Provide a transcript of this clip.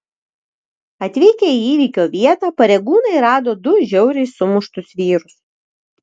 atvykę į įvykio vietą pareigūnai rado du žiauriai sumuštus vyrus